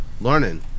learning